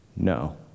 No